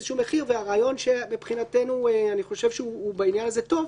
איזשהו מחיר והרעיון מבחינתנו בעניין הזה טוב,